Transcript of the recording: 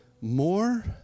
more